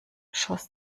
schoss